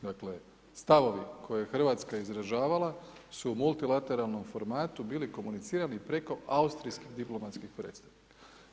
Dakle, stavovi koje je Hrvatska izražavala su u multilateralnom formatu bili komunicirani preko austrijskih diplomatskih predstavnika.